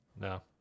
No